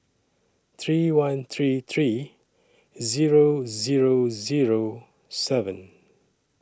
three one three three Zero Zero Zero seven